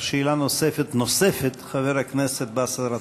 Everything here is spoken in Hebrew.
שאלה נוספת-נוספת, חבר הכנסת באסל גטאס.